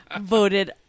voted